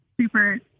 super